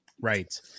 right